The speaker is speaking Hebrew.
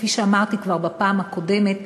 כפי שאמרתי כבר בפעם הקודמת,